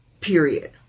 Period